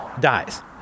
dies